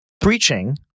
preaching